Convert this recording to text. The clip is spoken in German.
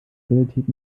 realität